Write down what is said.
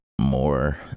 more